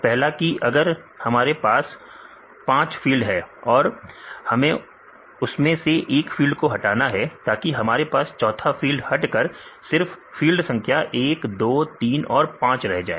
पहला कि अगर हमारे पास 5 फील्ड है और हमें उसमें से एक फील्ड को हटाना है ताकि हमारे पास चौथा फील्ड हटकर सिर्फ फील्ड संख्या 1 2 3 और 5 रह जाए